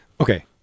Okay